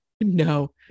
No